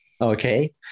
okay